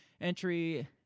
Entry